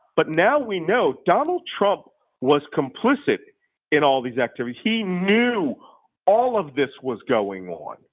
but now we know donald trump was complicit in all these activities. he knew all of this was going on.